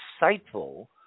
insightful